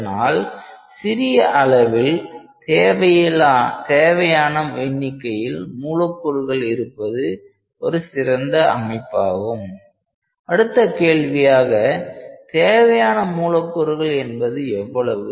அதனால் சிறிய அளவில் தேவையான எண்ணிக்கையில் மூலக்கூறுகள் இருப்பது ஒரு சிறந்த அமைப்பாகும் அடுத்த கேள்வியாக தேவையான மூலக்கூறுகள் என்பது எவ்வளவு